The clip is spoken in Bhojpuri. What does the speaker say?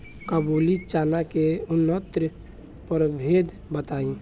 काबुली चना के उन्नत प्रभेद बताई?